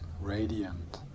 radiant